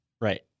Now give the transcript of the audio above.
Right